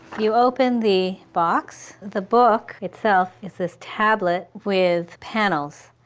you open the box, the book itself is this tablet with panels,